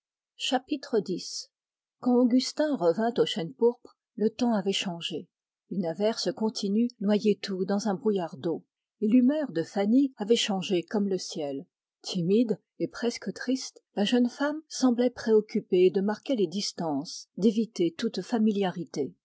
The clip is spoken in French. il revint au chêne pourpre le temps avait changé une averse continue noyait tout dans un brouillard d'eau et l'humeur de fanny avait changé comme le ciel timide et presque triste la jeune femme semblait préoccupée de marquer les distances d'éviter toute familiarité